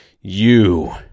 You